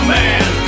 man